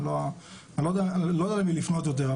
אני לא יודע למי לפנות יותר,